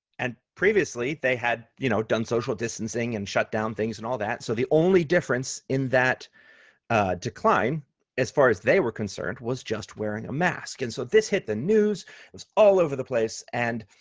and previously, they had you know done social distancing and shut down things and all that, so the only difference in that decline as far as they were concerned, was just wearing a mask. and so this hit the news. it was all over the place, and